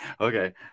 Okay